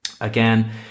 Again